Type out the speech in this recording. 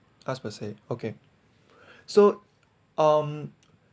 as per se okay so um